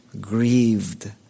grieved